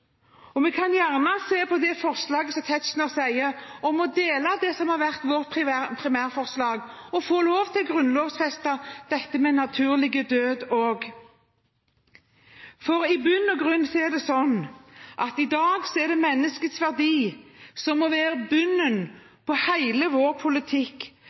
Vi kan gjerne se på det forslaget Tetzschner nevner, om å dele det som har vært vårt primærforslag og å grunnlovfeste dette med en naturlig død også. For i bunn og grunn er det slik at menneskets verdi må være i bunn for hele vår politikk, slik at menneskets verdi er lik fra livets begynnelse til en naturlig død, uavhengig av vår